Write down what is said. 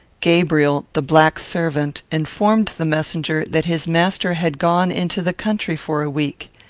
gabriel, the black servant, informed the messenger that his master had gone into the country for a week.